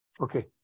Okay